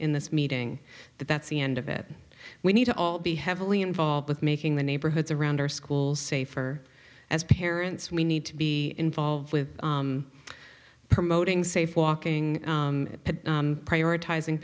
in this meeting that that's the end of it we need to all be heavily involved with making the neighborhoods around our schools safer as parents we need to be involved with promoting safe walking prioritizing